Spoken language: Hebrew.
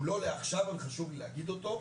שהוא לא לעכשיו אבל חשוב לי לומר אותו.